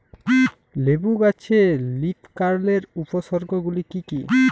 লেবু গাছে লীফকার্লের উপসর্গ গুলি কি কী?